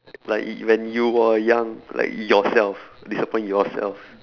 like when you were young like yourself disappoint yourself